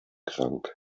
krank